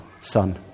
son